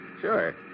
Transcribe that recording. Sure